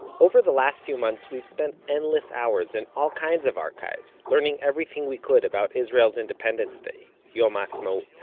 over the last few months, we've spent endless hours in all kinds of archives, learning everything we could about israel's independence day, yom ha'atzmaut.